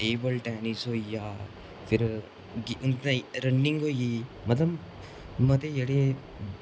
table tennis होई गेआ फिर रनिंग होई गेई मतलब मते जेह्ड़े